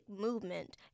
movement